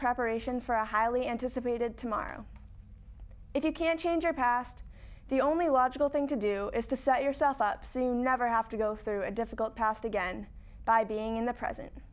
preparation for a highly anticipated tomorrow if you can change your past the only logical thing to do is to set yourself up seeing never have to go through a difficult past again by being in the present